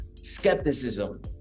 skepticism